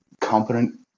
competent